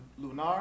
Lunar